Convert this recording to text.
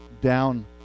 down